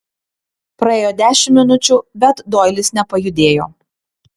praėjo dešimt minučių bet doilis nepajudėjo